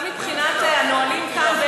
גם מבחינת הנהלים כאן,